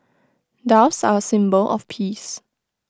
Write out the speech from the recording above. doves are A symbol of peace